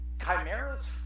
chimera's